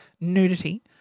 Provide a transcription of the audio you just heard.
nudity